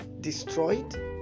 destroyed